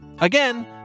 Again